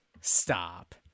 stop